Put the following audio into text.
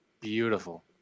beautiful